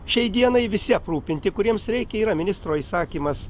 šiai dienai visi aprūpinti kuriems reikia yra ministro įsakymas